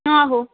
ਆਹੋ